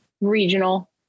regional